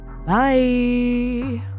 Bye